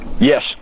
yes